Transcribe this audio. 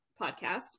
podcast